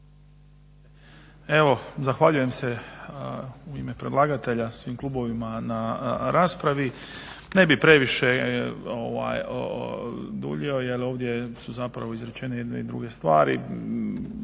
Evo zahvaljujem se u ime predlagatelja, svim klubovima na raspravi. Ne bih previše duljio, jer ovdje su zapravo izrečene jedne i druge stvari.